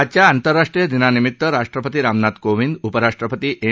आजच्या आंतरराष्ट्रीय दिनानिमित्त राष्ट्रपती रामनाथ कोविंद उपराष्ट्रपती एम